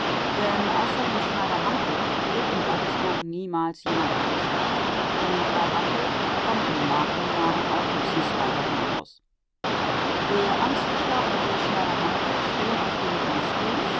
denn außer dem schneider hampel wird in waltersburg niemals jemand eingesperrt und bei hampel kommen in mageren jahren auch höchstens drei wochen heraus der amtsrichter und der schneider hampel stehen auf dem